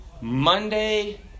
Monday